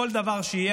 בכל דבר שיהיה,